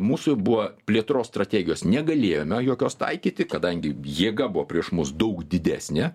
mūsų buvo plėtros strategijos negalėjome jokios taikyti kadangi jėga buvo prieš mus daug didesnė